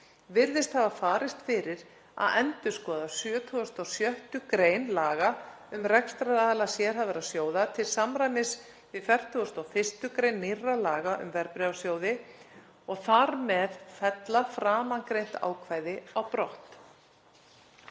virðist hafa farist fyrir að endurskoða 76. gr. laga um rekstraraðila sérhæfðra sjóða til samræmis við 41. gr. nýrra laga um verðbréfasjóði og þar með fella framangreint ákvæði á brott.